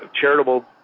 charitable